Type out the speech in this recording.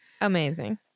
Amazing